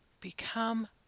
become